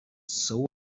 soul